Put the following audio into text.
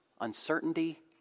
uncertainty